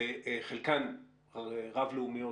וחלקן רב-לאומיות,